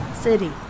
city